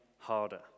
harder